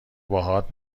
باهات